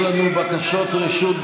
עכשיו, רבותיי, יש לנו בקשות רשות דיבור.